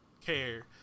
care